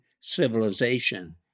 civilization